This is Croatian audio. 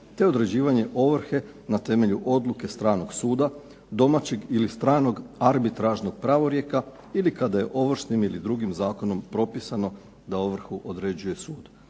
te određivanje ovrhe na temelju odluke stranog suda, domaćeg ili stranog arbitražnog pravorijeka ili kada je ovršnim ili drugim zakonom propisano da ovrhu određuje sud.